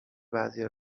بعضیا